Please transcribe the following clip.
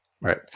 right